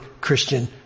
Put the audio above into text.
Christian